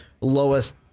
lowest